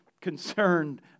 concerned